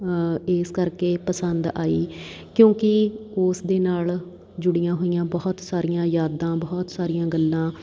ਇਸ ਕਰਕੇ ਪਸੰਦ ਆਈ ਕਿਉਂਕਿ ਉਸ ਦੇ ਨਾਲ ਜੁੜੀਆਂ ਹੋਈਆਂ ਬਹੁਤ ਸਾਰੀਆਂ ਯਾਦਾਂ ਬਹੁਤ ਸਾਰੀਆਂ ਗੱਲਾਂ